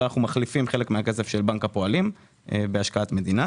ואנחנו מחליפים חלק מהכסף של בנק הפועלים בהשקעת מדינה.